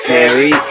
Perry